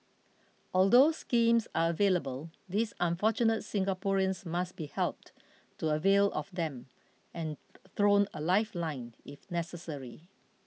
although schemes are available these unfortunate Singaporeans must be helped to avail of them and thrown a lifeline if necessary